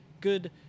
good